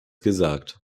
gesagt